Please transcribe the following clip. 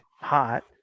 hot